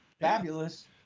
Fabulous